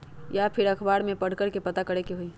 या फिर अखबार में पढ़कर के पता करे के होई?